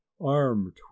armed